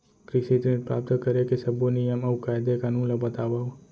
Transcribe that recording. कृषि ऋण प्राप्त करेके सब्बो नियम अऊ कायदे कानून ला बतावव?